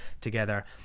together